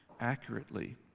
accurately